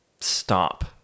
Stop